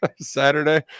Saturday